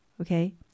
okay